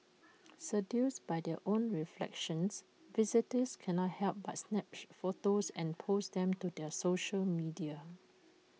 seduced by their own reflections visitors cannot help but snap photos and post them to their social media